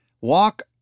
walk